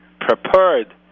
prepared